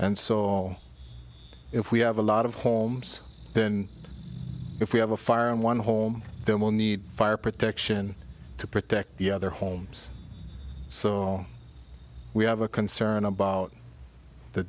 and so all if we have a lot of homes then if we have a fire in one home then we'll need fire protection to protect the other homes so we have a concern about the